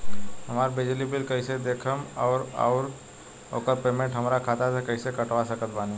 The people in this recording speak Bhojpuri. हमार बिजली बिल कईसे देखेमऔर आउर ओकर पेमेंट हमरा खाता से कईसे कटवा सकत बानी?